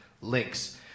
links